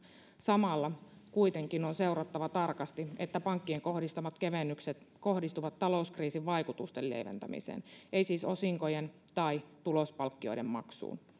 samalla kuitenkin on seurattava tarkasti että pankkien kohdistamat kevennykset kohdistuvat talouskriisin vaikutusten lieventämiseen eivät siis osinkojen tai tulospalkkioiden maksuun